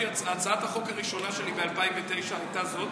הצעת החוק הראשונה שלי ב-2009 הייתה זאת: